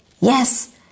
yes